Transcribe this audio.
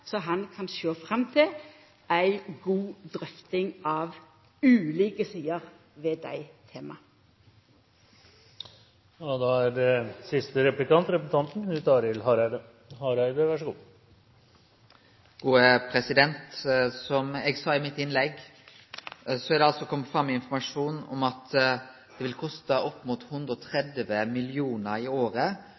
så han kan sjå fram til ei god drøfting av ulike sider ved dei tema. Som eg sa i innlegget mitt, er det altså kome fram informasjon om at det vil koste opp mot 130 mill. kr i året